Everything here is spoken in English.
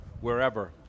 wherever